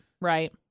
right